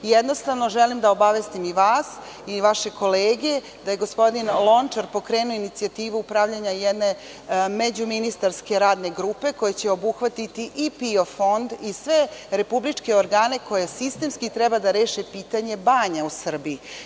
Jednostavno želim da obavestim i vas i vaše kolege da je gospodin Lonačar pokrenuo inicijativu pravljenja jedne međuministarske radne grupe, koja će obuhvatiti i PIO fond i sve republičke organe koji sistemski treba da reše pitanje banja u Srbiji.